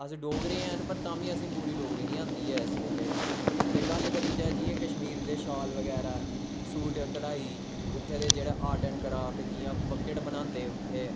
अस डोगरे हैन पर तां बी असेगी पूरी डोगरी नी आंदी है इस बेल्ले ते गल्ल करी जाए कश्मीर दे शाल बगैरा सूट कड़ाई उत्थें दे आर्ट ऐंड़ कराफ्ट जियां बकेट बनांदे उत्थें